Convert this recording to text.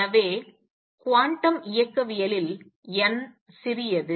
எனவே குவாண்டம் இயக்கவியலில் n சிறியது